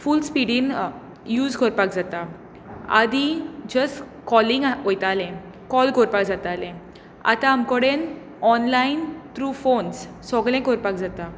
फूल स्पिडीन यूज करपाक जाता आदी जस्ट कॉलिंग वयताले कॉल करपाक जाताले आतां आमचे कडेन ऑनलायन थ्रू फोन्स सगले करपाक जाता